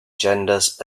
genders